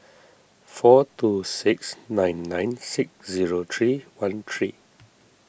four two six nine nine six zero three one three